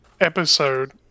episode